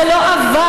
זה לא עבר,